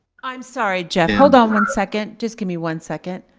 i'm sorry, jeff. hold on one second, just give me one second.